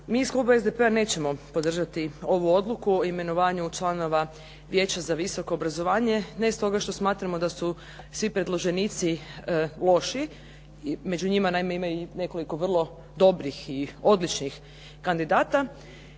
mi iz kluba SDP-a nećemo podržati ovu odluku o imenovanju članova Vijeća za visoko obrazovanje, ne stoga što smatramo da su svi predloženici loši, među njima naime ima i nekoliko vrlo dobrih i odličnih kandidata.